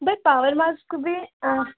बसि power mask बि